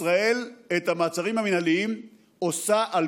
שאת המעצרים המינהליים ישראל עושה על